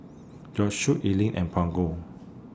Josue Ellyn and Brogan